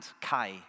kai